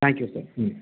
thank you sir ம்